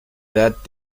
that